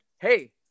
hey